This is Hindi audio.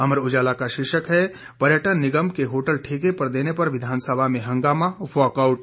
अमर उजाला का शीर्षक है पर्यटन निगम के होटल ठेके पर देने पर विधानसभा में हंगामा वाकआउट